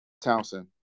Townsend